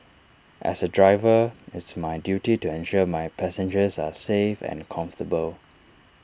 as A driver it's my duty to ensure my passengers are safe and comfortable